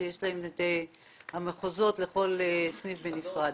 שיש להם את המחוזות לכל סניף בנפרד.